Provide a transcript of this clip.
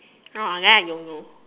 oh then I don't know